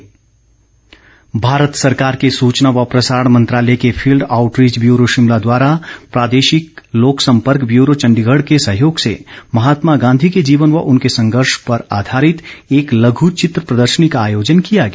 प्रदर्शनी भारत सरकार के सूचना व प्रसारण मंत्रालय के फील्ड आउटरीच ब्यूरो शिमला द्वारा प्रादेशिक लोक संपर्क ब्यूरो चंडीगढ़ के सहयोग से महात्मा गांधी के जीवन व उनके संघर्ष पर आधारित एक लघु चित्र प्रदर्शनी का आयोजन किया गया